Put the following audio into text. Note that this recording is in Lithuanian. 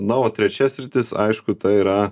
na o trečia sritis aišku tai yra